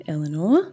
Eleanor